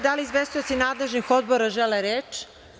Da li izvestioci nadležnih odbora žele reč?